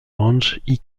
ranch